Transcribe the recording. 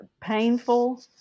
painful